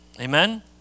amen